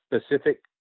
specific